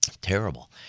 Terrible